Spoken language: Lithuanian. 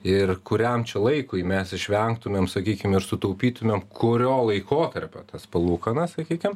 ir kuriam čia laikui mes išvengtumėm sakykie ir sutaupytumėm kurio laikotarpio tas palūkanas sakykim